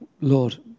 Lord